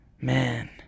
Man